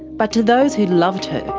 but to those who loved her,